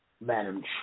Madam